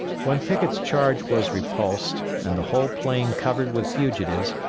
when pickett's charge was repulsed, and the whole plain covered with fugitives,